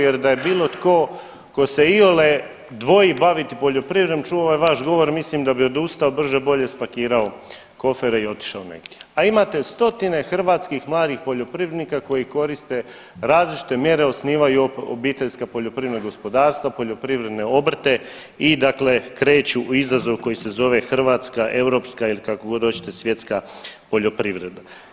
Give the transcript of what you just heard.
Jer da je bilo tko tko se iole dvoji baviti poljoprivredom čuo ovaj vaš govor mislim da bi odustao brže bolje spakirao kofere i otišao negdje a imate stotine hrvatskih mladih poljoprivrednika koji koriste različite mjere, osnivaju obiteljska poljoprivredna gospodarstva, poljoprivredne obrte i dakle kreću u izazov koji se zove hrvatska europska ili kako god hoćete svjetska poljoprivreda.